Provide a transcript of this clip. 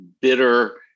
bitter